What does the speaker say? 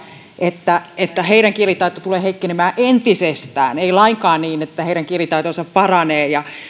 että että heidän kielitaitonsa tulee heikkenemään entisestään ei lainkaan niin että heidän kielitaitonsa paranee